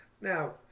Now